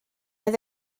oedd